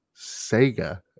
Sega